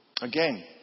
Again